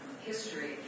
history